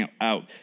out